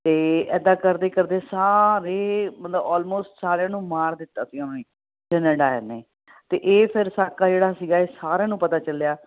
ਅਤੇ ਇੱਦਾਂ ਕਰਦੇ ਕਰਦੇ ਸਾਰੇ ਮਤਲਬ ਆਲਮੋਸਟ ਸਾਰਿਆਂ ਨੂੰ ਮਾਰ ਦਿੱਤਾ ਸੀ ਉਹਨੇ ਜਰਨਲ ਡਾਇਰ ਨੇ ਅਤੇ ਇਹ ਫਿਰ ਸਾਕਾ ਜਿਹੜਾ ਸੀਗਾ ਇਹ ਸਾਰਿਆਂ ਨੂੰ ਪਤਾ ਚੱਲਿਆ